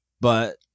but-